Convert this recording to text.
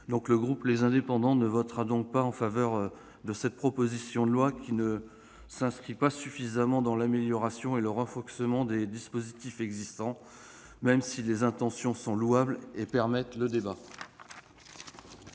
Le groupe Les Indépendants ne votera donc pas en faveur de cette proposition de loi, qui ne s'inscrit pas suffisamment dans l'amélioration et le renforcement des dispositifs existants, même si les intentions de ses auteurs sont louables